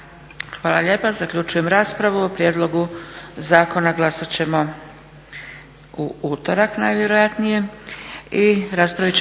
Hvala lijepa. Zaključujem raspravu. O prijedlogu zakona glasat ćemo u utorak najvjerojatnije.